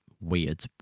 weird